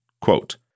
Quote